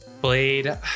blade